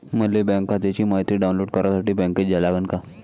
मले बँक खात्याची मायती डाऊनलोड करासाठी बँकेत जा लागन का?